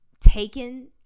taken